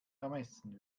ermessen